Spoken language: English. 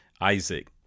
Isaac